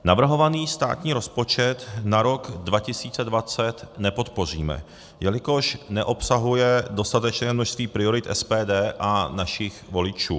Navrhovaný státní rozpočet na rok 2020 nepodpoříme, jelikož neobsahuje dostatečné množství priorit SPD a našich voličů.